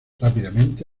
rápidamente